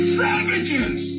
savages